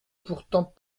pourtant